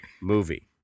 movie